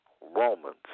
Romans